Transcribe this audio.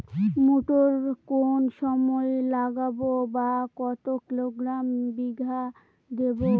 মটর কোন সময় লাগাবো বা কতো কিলোগ্রাম বিঘা দেবো?